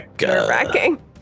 nerve-wracking